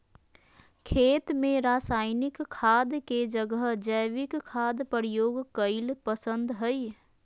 खेत में रासायनिक खाद के जगह जैविक खाद प्रयोग कईल पसंद हई